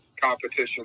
competition